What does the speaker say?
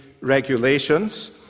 regulations